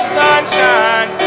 sunshine